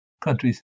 countries